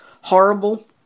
horrible